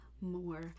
more